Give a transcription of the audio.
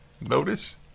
Notice